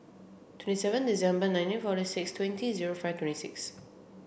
twenty seven December nineteen forty six twenty zero five twenty six